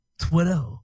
Twitter